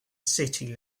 city